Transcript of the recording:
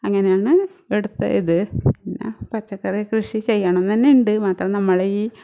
അങ്ങനെയാണ് ഇവിടുത്തെ ഇത് പിന്നെ പച്ചക്കറി കൃഷി ചെയ്യണന്നന്നെയുണ്ട് മാത്രമല്ല നമ്മളീ